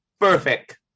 Perfect